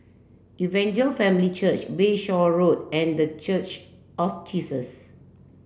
Evangel Family Church Bayshore Road and The Church of Jesus